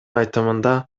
айтымында